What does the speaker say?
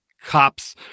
cops